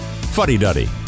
fuddy-duddy